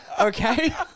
okay